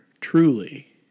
truly